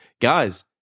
Guys